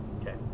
Okay